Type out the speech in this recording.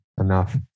Enough